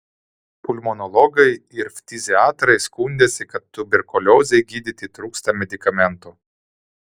pulmonologai ir ftiziatrai skundėsi kad tuberkuliozei gydyti trūksta medikamentų